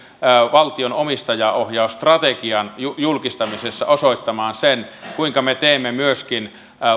valtion omistajaohjausstrategian julkistamisessa osoittamaan sen kuinka me teemme myöskin